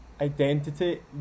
identity